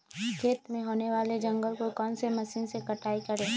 खेत में होने वाले जंगल को कौन से मशीन से कटाई करें?